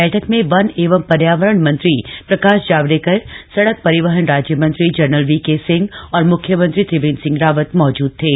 बैठक में वन एवं पर्यावरण मंत्री प्रकाश जावड़ेकर सड़क परिवहन राज्य मंत्री जनरल वीके सिंह और मुख्यमंत्री त्रिवेन्द्र सिंह रावत मौजूद थे